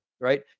Right